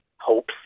hopes